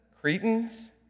Cretans